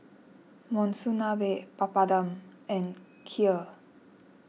Monsunabe Papadum and Kheer